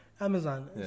Amazon